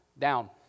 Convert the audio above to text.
down